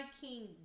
king